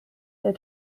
der